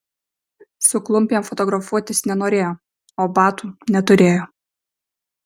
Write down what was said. su klumpėm fotografuotis nenorėjo o batų neturėjo